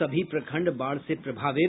सभी प्रखंड बाढ़ से प्रभावित